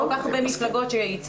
כל כך הרבה מפלגות שהצהירו,